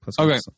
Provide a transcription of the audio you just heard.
Okay